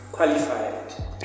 qualified